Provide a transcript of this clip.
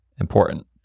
important